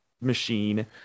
machine